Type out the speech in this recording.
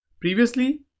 Previously